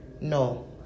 No